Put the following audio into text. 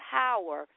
power